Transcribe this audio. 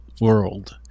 world